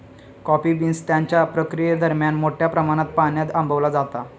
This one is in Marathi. कॉफी बीन्स त्यांच्या प्रक्रियेदरम्यान मोठ्या प्रमाणात पाण्यान आंबवला जाता